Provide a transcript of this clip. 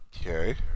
Okay